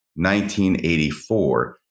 1984